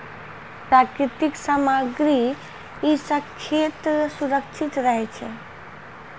प्राकृतिक सामग्री सें खेत सुरक्षित रहै छै